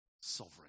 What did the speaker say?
sovereign